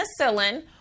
penicillin